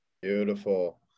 beautiful